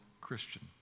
Christian